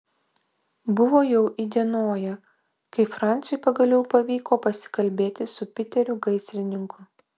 buvo jau įdienoję kai franciui pagaliau pavyko pasikalbėti su piteriu gaisrininku